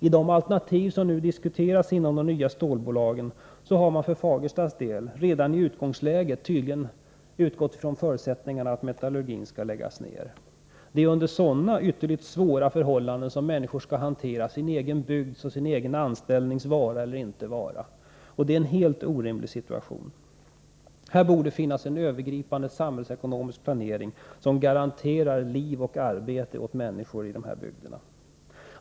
I de alternativ som nu diskuteras inom de berörda stålbolagen har man för Fagerstas del redan i utgångsläget tydligen utgått från förutsättningen att metallurgin skall läggas ned. Det är under sådana ytterst svåra förhållanden som människor skall hantera sin egen bygds och sin egen anställnings vara eller inte vara. Och det är en helt orimlig situation. Här borde finnas en övergripande samhällsekonomisk planering, som garanterar liv och arbete åt människor i dessa bygder.